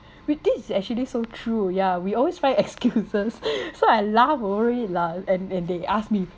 whi~ this is actually so true ya we always find excuses so I laugh over it lah and and they ask me